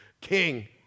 king